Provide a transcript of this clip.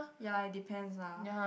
ya it depends lah